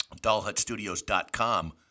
dollhutstudios.com